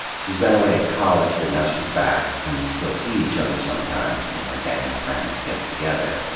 she's been away at college, but now she's back and they still see each other sometimes when their gang of friends gets together.